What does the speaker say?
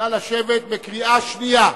התשע"א 2010, בקריאה שנייה.